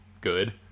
good